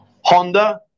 Honda